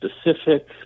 specific